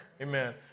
Amen